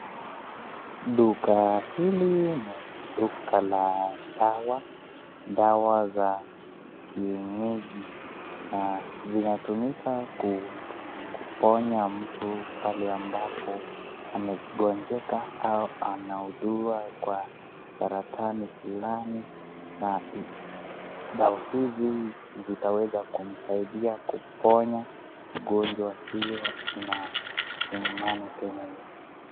Duka hili ni duka la dawa, dawa za kienyeji na zinatumika kuponya mtu pale ambapo amegonjeka au anaugua kwa saratani kinani na dawa hizi zitaweza kumsaidia kuponya ugonjwa hio na ina maana tena.